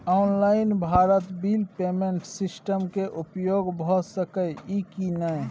Online Bharat bill payment system के उपयोग भ सके इ की नय?